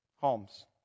homes